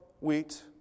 wheat